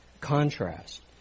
Contrast